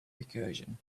recursion